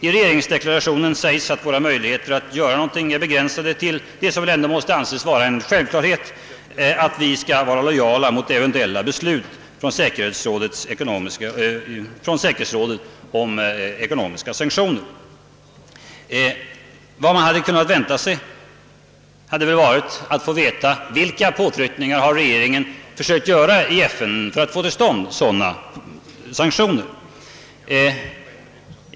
I regeringsdeklarationen säges, att våra möjligheter att göra någonting är begränsade till det som ändå måste anses vara en självklarhet: att vara lojala mot eventuella beslut i säkerhetsrådet om ekonomiska sanktioner. Vad man kunnat vänta sig hade varit att få veta vilka påtryckningar regeringen försökt göra i FN för att få till stånd sådana sanktioner.